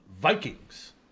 vikings